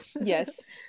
Yes